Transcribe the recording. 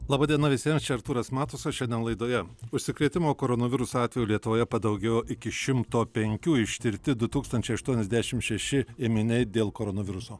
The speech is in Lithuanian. laba diena visiems čia artūras matusas šiandien laidoje užsikrėtimo koronavirusu atvejų lietuvoje padaugėjo iki šimto penkių ištirti du tūkstančiai aštuoniasdešimt šeši ėminiai dėl koronaviruso